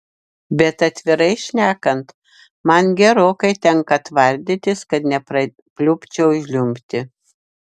bet atvirai šnekant man gerokai tenka tvardytis kad neprapliupčiau žliumbti